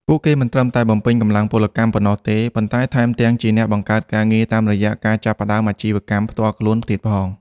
ពួកគេមិនត្រឹមតែបំពេញកម្លាំងពលកម្មប៉ុណ្ណោះទេ ប៉ុន្តែថែមទាំងជាអ្នកបង្កើតការងារតាមរយៈការចាប់ផ្តើមអាជីវកម្មផ្ទាល់ខ្លួនទៀតផង។